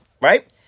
right